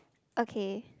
okay